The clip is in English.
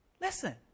Listen